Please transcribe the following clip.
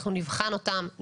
אנחנו נבחן אותם,